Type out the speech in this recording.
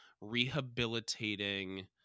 rehabilitating